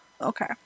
Okay